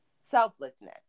selflessness